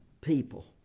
people